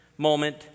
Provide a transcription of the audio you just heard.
moment